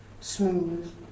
Smooth